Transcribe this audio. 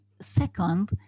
Second